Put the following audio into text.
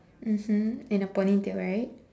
mmhmm and a ponytail right